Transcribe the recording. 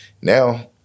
Now